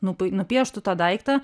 nupai nupieštų tą daiktą